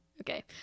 okay